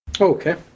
Okay